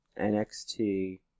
NXT